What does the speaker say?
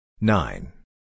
Nine